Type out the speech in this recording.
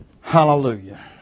Hallelujah